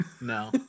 no